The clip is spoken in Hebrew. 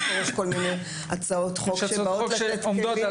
יש כל מיני הצעות חוק שבאות לתת כלים בשביל